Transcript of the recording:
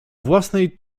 własnej